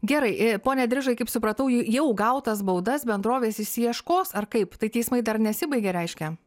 gerai e pone drižai kaip supratau jau gautas baudas bendrovės išsiieškos ar kaip tai teismai dar nesibaigė reiškia